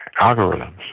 algorithms